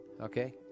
Okay